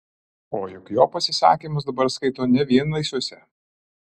o juk jo pasisakymus dabar skaito ne vien naisiuose